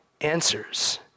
answers